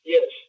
Yes